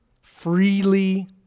Freely